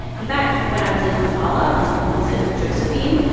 in fact, when i was in kampala on the home visit with josephine,